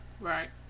Right